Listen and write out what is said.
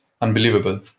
unbelievable